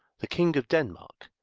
the king of denmark,